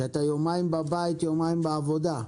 שאתה יומיים בבית ויומיים בעבודה.